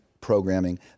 programming